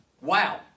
Wow